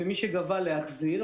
ומי שגבה להחזיר,